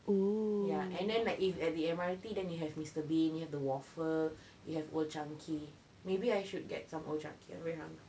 ya and then like if at the M_R_T then you have mister bean you have the waffle you have old chang kee maybe I should get some old chang kee I'm very hungry